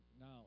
now